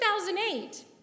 2008